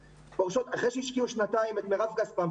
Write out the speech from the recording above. אחרי שהשקיעו במשך שנתיים את מרב כספן.